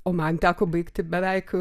o man teko baigti beveik